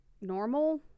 normal